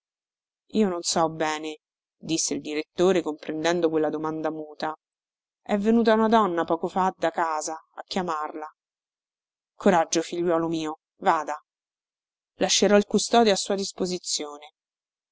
io non so bene disse il direttore comprendendo quella domanda muta è venuta una donna poco fa da casa a chiamarla coraggio figliuolo mio vada lascerò il custode a sua disposizione